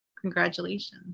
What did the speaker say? Congratulations